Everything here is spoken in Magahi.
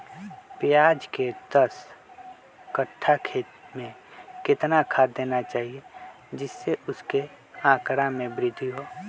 प्याज के दस कठ्ठा खेत में कितना खाद देना चाहिए जिससे उसके आंकड़ा में वृद्धि हो?